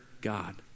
God